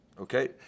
Okay